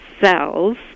cells